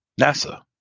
NASA